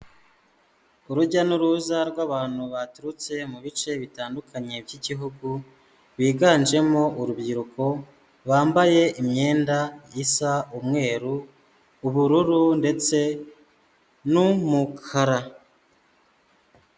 Urujya n'uruza rw'abantu baturutse mu bice bitandukanye by'igihugu, biganjemo urubyiruko, bambaye imyenda isa umweru, ubururu ndetse n'umukara.